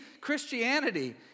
Christianity